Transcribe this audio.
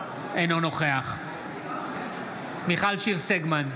אינו נוכח מיכל שיר סגמן,